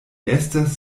estas